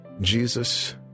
Jesus